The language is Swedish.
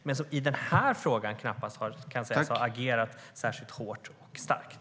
Dess värre kan den i denna fråga knappast sägas ha agerat särskilt hårt och starkt.